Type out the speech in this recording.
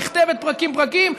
הנכתבת פרקים-פרקים,